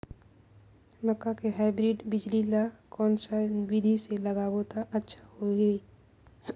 मक्का के हाईब्रिड बिजली ल कोन सा बिधी ले लगाबो त अच्छा होहि?